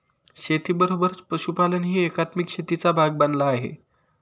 शेतीबरोबरच पशुपालनही एकात्मिक शेतीचा भाग बनला आहे